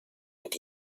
mit